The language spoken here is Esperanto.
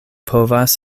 povas